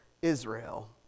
Israel